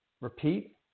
repeat